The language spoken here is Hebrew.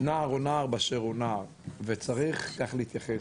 נער הוא נער באשר הוא נער וצריך כך להתייחס,